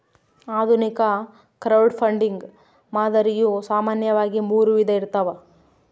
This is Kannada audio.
ಆಧುನಿಕ ಕ್ರೌಡ್ಫಂಡಿಂಗ್ ಮಾದರಿಯು ಸಾಮಾನ್ಯವಾಗಿ ಮೂರು ವಿಧ ಇರ್ತವ